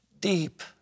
deep